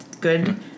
good